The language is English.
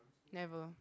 never